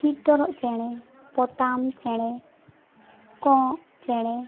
ᱴᱤᱜᱼᱴᱚᱲᱚᱜ ᱪᱮᱬᱮ ᱯᱚᱛᱟᱢ ᱪᱮᱬᱮ ᱠᱚᱸᱜ ᱪᱮᱬᱮ